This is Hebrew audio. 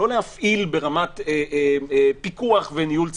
לא להפעיל ברמת פיקוח וניהול צמוד,